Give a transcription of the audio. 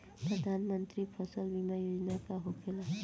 प्रधानमंत्री फसल बीमा योजना का होखेला?